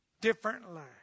differently